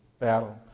battle